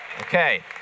Okay